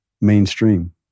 mainstream